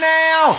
now